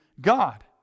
God